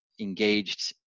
engaged